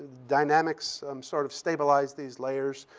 dynamics sort of stabilized these layers.